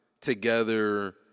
together